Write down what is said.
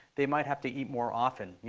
they might have to eat more often. yeah